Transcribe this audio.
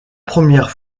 première